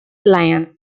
lion